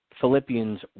Philippians